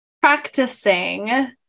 practicing